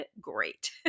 great